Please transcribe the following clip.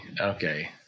okay